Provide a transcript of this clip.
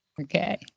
Okay